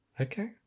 Okay